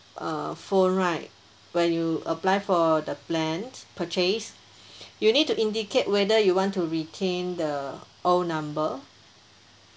uh phone right when you apply for the plan purchase you need to indicate whether you want to retain the old number